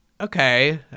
okay